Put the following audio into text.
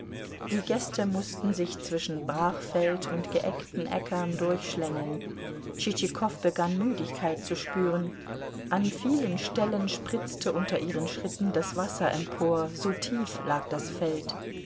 die gäste mußten sich zwischen brachfeld und geeggten äckern durchschlängeln tschitschikow begann müdigkeit zu spüren an vielen stellen spritzte unter ihren schritten das wasser empor so tief lag das feld